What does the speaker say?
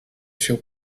się